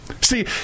See